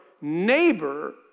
neighbor